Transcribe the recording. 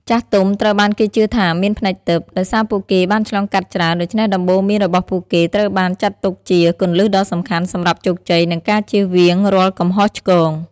ចាស់ទុំត្រូវបានគេជឿថាមាន ភ្នែកទិព្វ ដោយសារពួកគេបានឆ្លងកាត់ច្រើន ដូច្នេះដំបូន្មានរបស់ពួកគេត្រូវបានចាត់ទុកជា គន្លឹះដ៏សំខាន់ សម្រាប់ជោគជ័យ និងការជៀសវាងរាល់កំហុសឆ្គង។